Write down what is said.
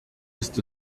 ist